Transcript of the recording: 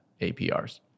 APRs